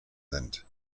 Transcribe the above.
sind